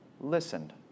listened